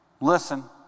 listen